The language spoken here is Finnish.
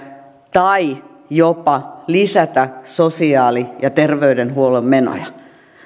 tai jopa lisätä sosiaali ja terveydenhuollon menoja